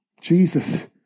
Jesus